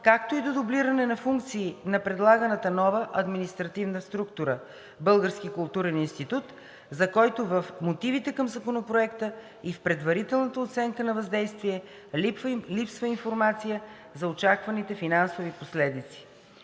както и до дублиране на функции на предлаганата нова административна структура – Български културен институт, за който в мотивите към Законопроекта и в предварителната оценка на въздействие липсва информация за очакваните финансови последици